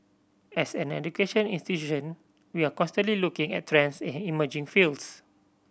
as an education institution we are constantly looking at trends and emerging fields